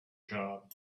job